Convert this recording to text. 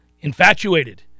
infatuated